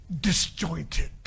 disjointed